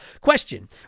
question